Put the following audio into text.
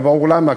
וברור למה,